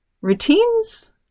Routines